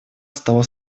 стала